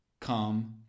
come